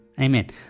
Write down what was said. Amen